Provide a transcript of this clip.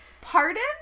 Pardon